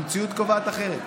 המציאות קובעת אחרת,